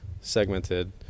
segmented